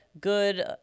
good